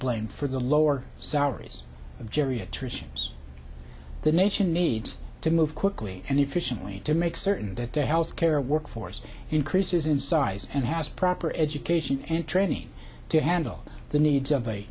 blamed for the lower salaries of geriatricians the nation needs to move quickly and efficiently to make certain that the health care workforce increases in size and has proper education and training to handle the needs of a